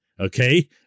Okay